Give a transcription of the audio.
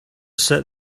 sit